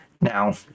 Now